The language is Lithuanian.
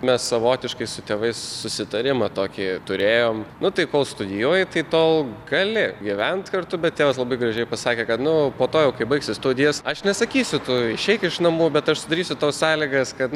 mes savotiškai su tėvais susitarimą tokį turėjom nu tai kol studijuoji tai tol gali gyvent kartu bet tėvas labai gražiai pasakė kad nu po to jau kai baigsi studijas aš nesakysiu tu išeik iš namų bet aš sudarysiu tau sąlygas kad